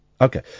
Okay